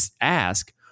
ask